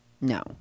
No